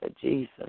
Jesus